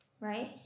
right